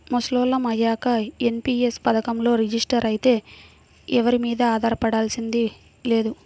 ముసలోళ్ళం అయ్యాక ఎన్.పి.యస్ పథకంలో రిజిస్టర్ అయితే ఎవరి మీదా ఆధారపడాల్సింది లేదు